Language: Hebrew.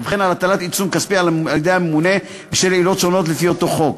וכן על הטלת עיצום כספי על-ידי הממונה בשל עילות שונות לפי אותו חוק.